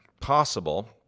possible